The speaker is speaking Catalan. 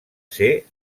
ser